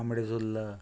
Tambdi Surla